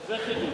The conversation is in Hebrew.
זה חידוש.